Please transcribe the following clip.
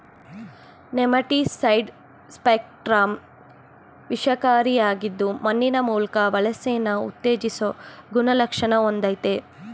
nematicide spectrum ವಿಷಕಾರಿಯಾಗಿದ್ದು ಮಣ್ಣಿನ ಮೂಲ್ಕ ವಲಸೆನ ಉತ್ತೇಜಿಸೊ ಗುಣಲಕ್ಷಣ ಹೊಂದಯ್ತೆ